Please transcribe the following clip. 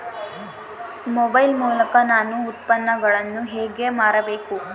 Mobile ಮೂಲಕ ನಾನು ಉತ್ಪನ್ನಗಳನ್ನು ಹೇಗೆ ಮಾರಬೇಕು?